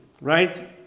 right